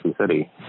city